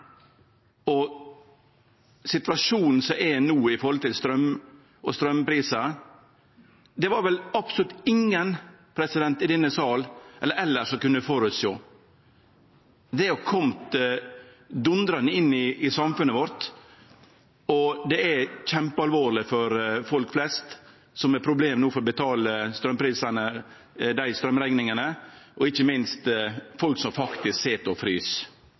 Situasjonen som er no når det gjeld straum og straumprisar, var det vel absolutt ingen i denne sal eller elles som kunne føresjå. Det har kome dundrande inn i samfunnet vårt, og det er kjempealvorleg for folk flest som no har problem med å betale straumrekningane, og ikkje minst folk som faktisk sit og frys.